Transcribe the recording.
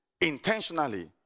intentionally